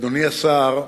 אדוני השר,